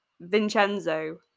Vincenzo